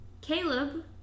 Caleb